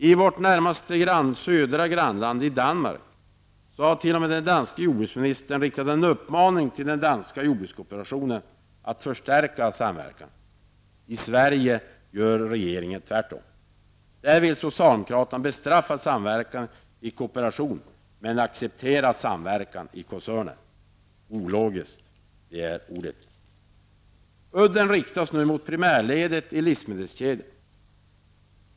I vårt närmaste södra grannland Danmark har den danske jordbruksministern t.o.m. riktat en uppmaning till den danska jordbrukskooperationen att förstärka samverkan. I Sverige gör regeringen tvärtom. Där vill socialdemokraterna bestraffa samverkan i kooperation men acceptera samverkan i koncerner. Ologiskt är ordet. Udden riktas nu mot primärledet i livsmedelskejdan.